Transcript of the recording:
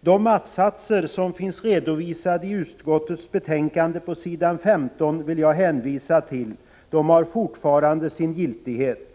De att-satser som finns redovisade på s. 15 i utskottets betänkande vill jag 73 hänvisa till. De har fortfarande sin giltighet.